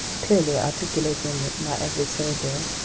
clearly articulating my every syllable,